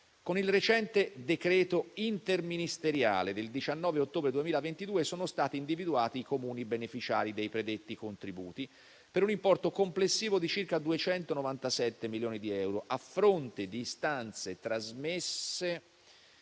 Con il recente decreto interministeriale del 19 ottobre 2022 sono stati individuati i Comuni beneficiari dei predetti contributi, per un importo complessivo di circa 297 milioni di euro, a fronte di istanze trasmesse